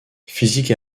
physique